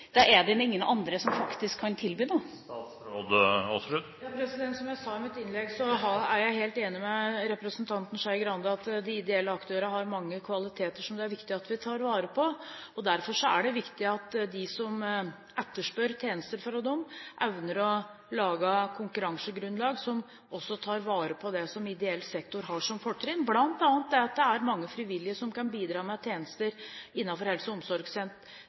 Da er det ingen andre som faktisk kan tilby noe. Som jeg sa i mitt innlegg, er jeg helt enig med representanten Skei Grande i at de ideelle aktørene har mange kvaliteter som det er viktig at vi tar vare på. Derfor er det viktig at de som etterspør tjenester fra dem, evner å lage konkurransegrunnlag som også tar vare på det som ideell sektor har som fortrinn, bl.a. at det er mange frivillige som kan bidra med tjenester innenfor helse- og